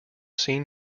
seen